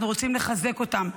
אנחנו רוצים לחזק אותם,